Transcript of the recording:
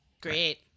Great